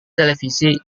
televisi